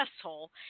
asshole